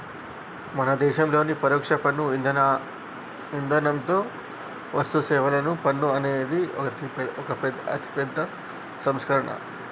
మన దేసంలోని పరొక్ష పన్ను ఇధానంతో వస్తుసేవల పన్ను అనేది ఒక అతిపెద్ద సంస్కరణ